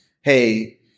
hey